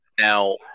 Now